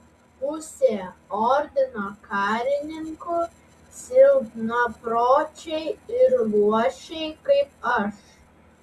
pusė ordino karininkų silpnapročiai ir luošiai kaip aš